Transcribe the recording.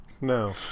No